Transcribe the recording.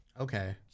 Okay